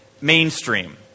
mainstream